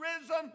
risen